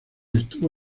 estuvo